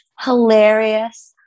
hilarious